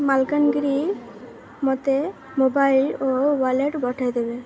ମାଲକାନଗିରି ମତେ ମୋବାଇଲ୍ ଓ ୱାଲେଟ୍ ପଠେଇଦେବେ